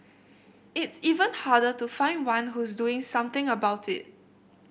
it's even harder to find one who is doing something about it